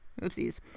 Oopsies